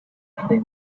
they